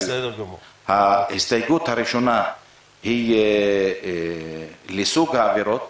ההסתייגות הראשונה היא לסוג העבירות.